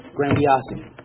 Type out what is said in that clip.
Grandiosity